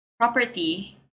property